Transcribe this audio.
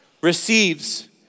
receives